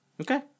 Okay